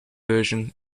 version